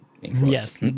Yes